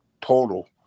total